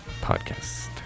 podcast